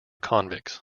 convicts